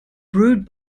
brewed